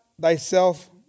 thyself